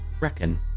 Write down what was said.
Reckon